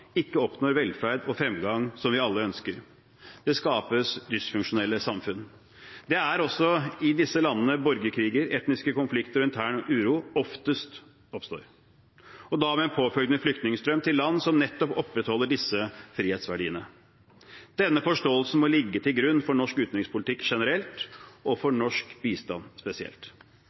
ikke oppnår velferd og fremgang som vi alle ønsker. Det skapes dysfunksjonelle samfunn. Det er også i disse landene borgerkriger, etniske konflikter og intern uro oftest oppstår, og da med en påfølgende flyktningstrøm til land som nettopp opprettholder disse frihetsverdiene. Denne forståelsen må ligge til grunn for norsk utenrikspolitikk generelt og for norsk bistand spesielt.